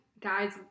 guys